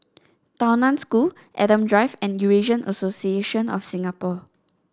Tao Nan School Adam Drive and Eurasian Association of Singapore